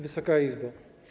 Wysoka Izbo!